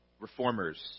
Reformers